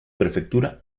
prefectura